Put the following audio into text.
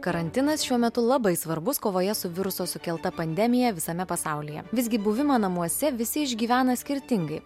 karantinas šiuo metu labai svarbus kovoje su viruso sukelta pandemija visame pasaulyje visgi buvimą namuose visi išgyvena skirtingai